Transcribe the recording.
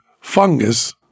fungus